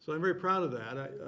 so i'm very proud of that. i